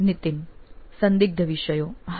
નીતિન સંદિગ્ધ વિષયો હા